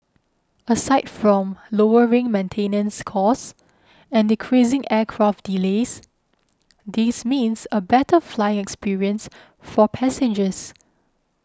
aside from lowering maintenance costs and decreasing aircraft delays this means a better flying experience for passengers